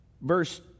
verse